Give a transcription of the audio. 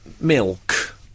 milk